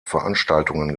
veranstaltungen